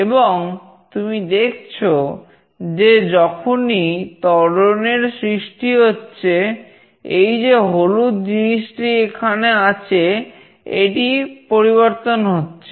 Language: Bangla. এবং তুমি দেখছো যে যখনই ত্বরণের সৃষ্টি হচ্ছে এই যে হলুদ জিনিসটি এখানে আছে এটি পরিবর্তন হচ্ছে